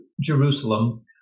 Jerusalem